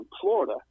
Florida